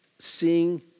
Seeing